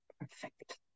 perfect